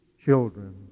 children